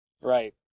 Right